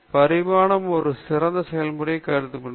பரிணாமம் ஒரு சிறந்த செயல்முறையாக கருதப்படுகிறது